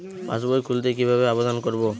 পাসবই খুলতে কি ভাবে আবেদন করব?